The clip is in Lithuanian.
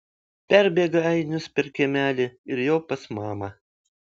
perbėga ainius per kiemelį ir jau pas mamą